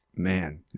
Man